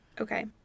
Okay